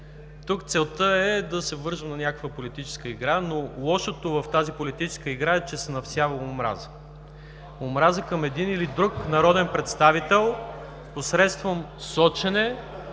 Тук целта е да се вържем на някаква политическа игра. Но лошото в тази политическа игра е, че се всява омраза. Омраза към един или друг народен представител посредством сочене,